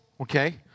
okay